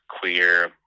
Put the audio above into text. queer